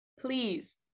please